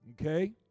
Okay